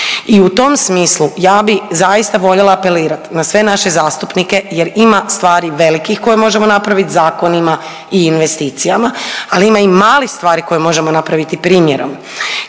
I u tom smislu ja bih zaista voljela apelirati na sve naše zastupnike jer ima stvari velikih koje možemo napraviti zakonima i investicijama, ali ima i malih stvari koje možemo napraviti primjerom.